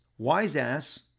wiseass